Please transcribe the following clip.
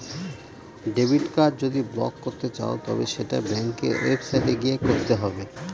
debit card যদি block করতে চাও তবে সেটা ব্যাঙ্কের ওয়েবসাইটে গিয়ে করতে হবে